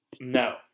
No